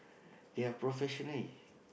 they're professional